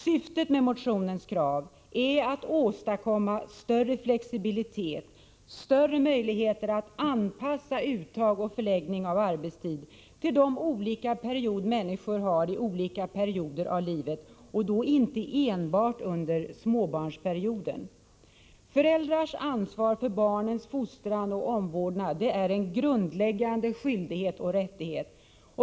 Syftet med motionens krav är att åstadkomma större flexibilitet, större möjligheter att anpassa uttag och förläggning av arbetstid till de olika behov människor har i olika perioder av livet, och då inte enbart under småbarnsperioden. Föräldrars ansvar för barnens fostran och omvårdnad är en grundläggande skyldighet och rättighet.